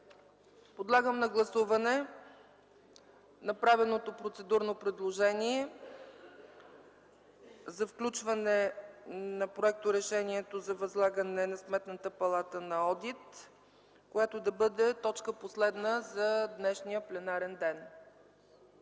Подлагам на гласуване направеното процедурно предложение за включване на Проекторешението за възлагане на Сметната палата на одит, която да бъде точка последна за днешния пленарен ден